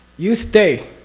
you stay,